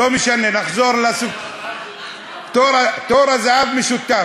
לא משנה, נחזור, תור הזהב, תור הזהב משותף.